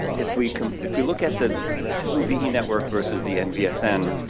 if we if we look at the flu ve network versus the nvsn,